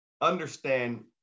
understand